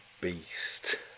beast